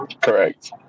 correct